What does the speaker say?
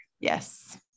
Yes